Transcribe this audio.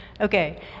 Okay